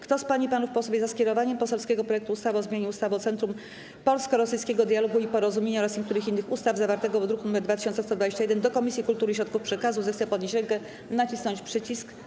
Kto z pań i panów posłów jest za skierowaniem poselskiego projektu ustawy o zmianie ustawy o Centrum Polsko-Rosyjskiego Dialogu i Porozumienia oraz niektórych innych ustaw, zawartego w druku nr 2121, do Komisji Kultury i Środków Przekazu, zechce podnieść rękę i nacisnąć przycisk.